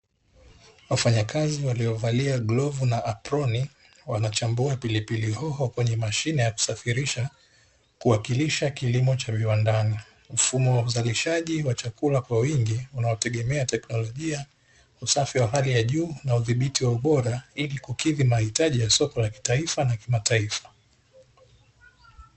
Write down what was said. Wafanyakazi waliovalia glavu na aproni, wanachambua pilipili hoho kwenye mashine ya kusafirisha, kuwakilisha kilimo cha viwandani. Mfumo wa uzalishaji wa chakula kwa wingi unaotegemea teknolojia, usafi wa hali ya juu, na udhibiti wa ubora, ili kukidhi mahitaji ya soko la kitaifa na kimataifa.